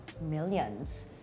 millions